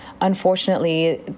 Unfortunately